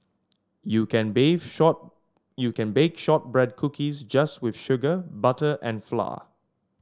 you can bake short you can bake shortbread cookies just with sugar butter and flour